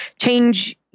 change